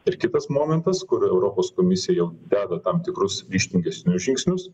ir kitas momentas kur europos komisija jau deda tam tikrus ryžtingesnius žingsnius